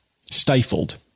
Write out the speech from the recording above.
stifled